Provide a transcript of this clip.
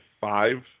five